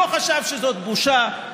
הוא לא חשב שזאת בושה,